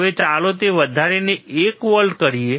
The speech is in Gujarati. હવે ચાલો તે વધારીને 1 વોલ્ટ કરીએ